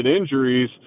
injuries